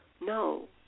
No